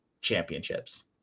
championships